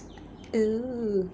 oo